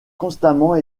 constamment